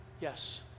Yes